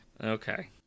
Okay